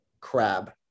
Crab